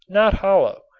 not hollow,